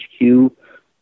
HQ